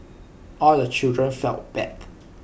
all the children felt bad